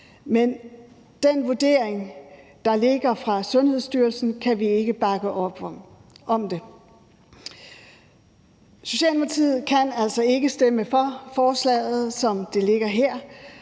med den vurdering, der ligger fra Sundhedsstyrelsen, kan vi ikke bakke op om forslaget. Socialdemokratiet kan altså ikke stemme for forslaget, som det ligger her,